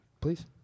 Please